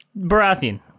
Baratheon